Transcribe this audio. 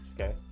okay